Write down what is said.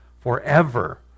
forever